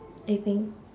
I think